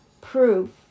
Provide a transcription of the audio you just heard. proof